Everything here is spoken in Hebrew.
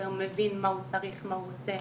יותר מבין מה הוא צריך, מה הוא רוצה.